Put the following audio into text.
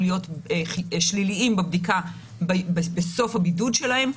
להיות שליליים בבדיקה בסוף הבידוד שלהם,